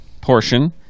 portion